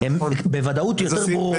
בפירוש יותר ברורות,